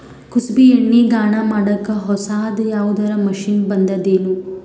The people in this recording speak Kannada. ಕುಸುಬಿ ಎಣ್ಣೆ ಗಾಣಾ ಮಾಡಕ್ಕೆ ಹೊಸಾದ ಯಾವುದರ ಮಷಿನ್ ಬಂದದೆನು?